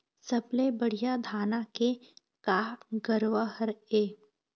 सबले बढ़िया धाना के का गरवा हर ये?